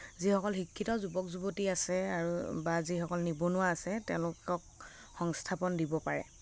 যিসকল শিক্ষিত যুৱক যুৱতী আছে আৰু বা যিসকল নিবনুৱা আছে তেওঁলোকক সংস্থাপন দিব পাৰে